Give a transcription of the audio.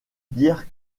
dire